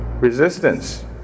Resistance